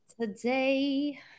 Today